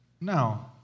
No